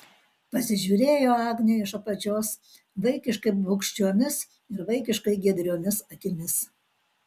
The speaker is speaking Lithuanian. pasižiūrėjo agnė iš apačios vaikiškai bugščiomis ir vaikiškai giedriomis akimis